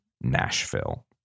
Nashville